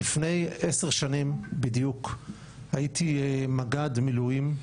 לפני עשר שנים בדיוק הייתי מג"ד מילואים,